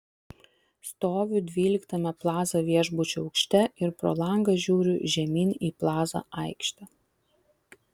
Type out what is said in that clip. stoviu dvyliktame plaza viešbučio aukšte ir pro langą žiūriu žemyn į plaza aikštę